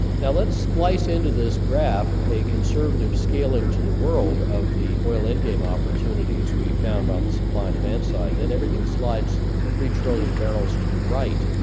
now let's splice into this graph a conservative scaling to the world of the oil endgame opportunities we found on the supply and demand side then everything slides three trillion barrels to the right,